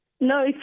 No